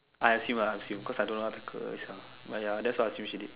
I assume ah I assume cause I don't know article all this lah but ya that's what I assume she did